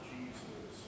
Jesus